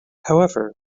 however